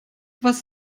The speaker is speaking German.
was